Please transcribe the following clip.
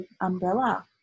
umbrella